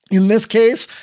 in this case,